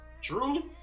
True